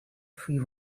free